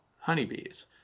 honeybees